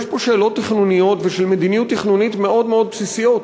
יש פה שאלות תכנוניות ושאלות של מדיניות תכנונית מאוד בסיסיות.